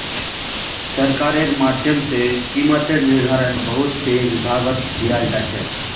सरकारेर माध्यम से कीमतेर निर्धारण बहुत से विभागत कियाल जा छे